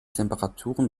temperaturen